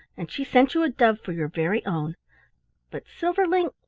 and she sent you a dove for your very own but, silverling,